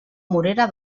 morera